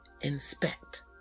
inspect